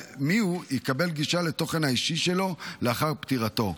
יקבל גישה לתוכן האישי שלו לאחר פטירתו,